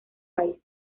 países